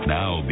now